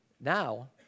now